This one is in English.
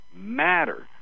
matter